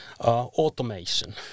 automation